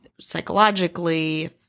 psychologically